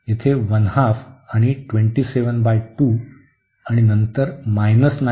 येथे आणि आणि नंतर 9 आहे